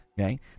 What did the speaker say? Okay